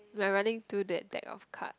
we're running through that deck of card